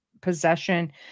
possession